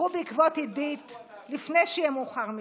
לכו בעקבות עידית לפני שיהיה מאוחר מדי.